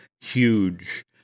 huge